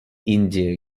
india